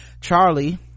charlie